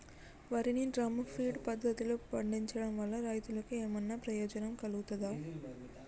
వరి ని drum feed పద్ధతిలో పండించడం వల్ల రైతులకు ఏమన్నా ప్రయోజనం కలుగుతదా?